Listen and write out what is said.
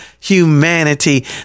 humanity